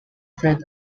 fed